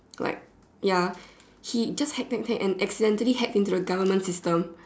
like ya he just hack hack hack and then accidentally hacked into the government system